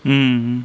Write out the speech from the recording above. mm